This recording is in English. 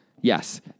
Yes